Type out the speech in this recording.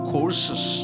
Courses